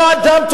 מה יקרה?